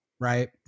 right